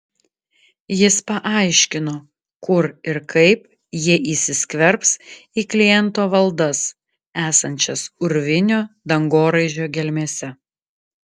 jis paaiškino kur ir kaip jie įsiskverbs į kliento valdas esančias urvinio dangoraižio gelmėse